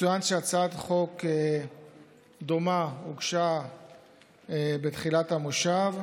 יצוין שהצעת חוק דומה הוגשה בתחילת המושב,